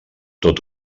tot